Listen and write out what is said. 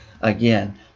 again